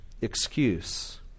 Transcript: excuse